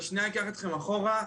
אני שנייה אקח אתכם אחורה,